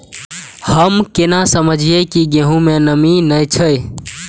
हम केना समझये की गेहूं में नमी ने छे?